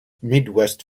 midwest